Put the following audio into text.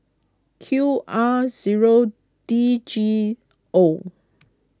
Q R zero D G O